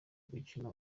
gukina